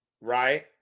right